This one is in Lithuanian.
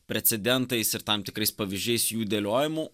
precedentais ir tam tikrais pavyzdžiais jų dėliojimu